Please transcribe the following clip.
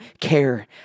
care